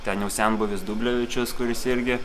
ten jau senbuvis dublevičius kuris irgi